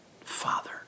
Father